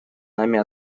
нами